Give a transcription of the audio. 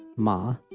ma,